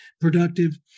productive